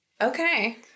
Okay